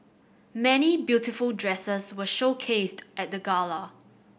many beautiful dresses were showcased at the gala